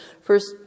first